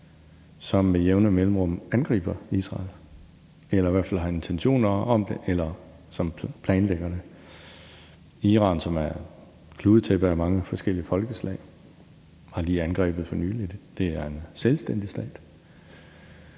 som med jævne mellemrum angriber Israel eller i hvert fald har intentioner om det, eller som planlægger det. Iran, som er et kludetæppe af mange forskellige folkeslag, har lige angrebet for nylig. Det er en selvstændig stat.